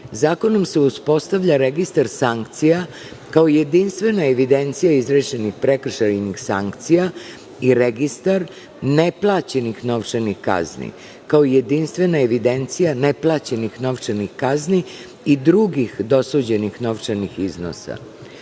zakonom se uspostavlja registar sankcija kao jedinstvena evidencija izrečenih prekršajnih sankcija i registar neplaćenih novčanih kazni kao jedinstvena evidencija neplaćenih novčanih kazni i drugih dosuđenih novčanih iznosa.